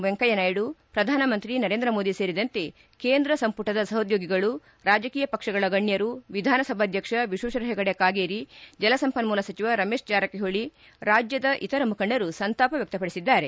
ವೆಂಕಯ್ಯ ನಾಯ್ದು ಪ್ರಧಾನ ಮಂತ್ರಿ ನರೇಂದ್ರ ಮೋದಿ ಸೇರಿದಂತೆ ಕೇಂದ್ರ ಸಂಪುಟದ ಸಹೋದ್ಯೋಗಿಗಳು ರಾಜಕೀಯ ಪಕ್ಷಗಳ ಗಣ್ಯರು ವಿಧಾನಸಭಾಧ್ಯಕ್ಷ ವಿಶ್ವೇಶ್ವರ ಹೆಗಡೆ ಕಾಗೇರಿ ಜಲಸಂಪನ್ಮೂಲ ಸಚಿವ ರಮೇಶ್ ಜಾರಕಿಹೊಳಿ ರಾಜ್ಯದ ಮುಖಂಡರು ಸಂತಾಪ ವ್ಯಕ್ತಪಡಿಸಿದ್ದಾರೆ